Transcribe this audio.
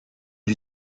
lui